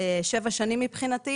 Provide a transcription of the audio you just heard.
שבע שנים מבחינתי,